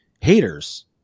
Haters